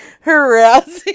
harassing